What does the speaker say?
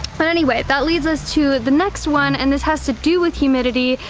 but anyway that leads us to the next one and this has to do with humidity,